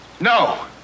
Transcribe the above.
No